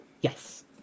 Yes